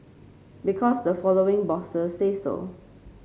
because the following bosses say so